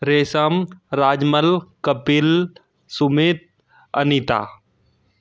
रेशम राजमल कपिल सुमित अनीता